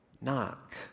knock